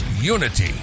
unity